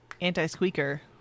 anti-squeaker